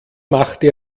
machte